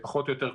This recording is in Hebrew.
פחות או יותר,